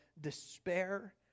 despair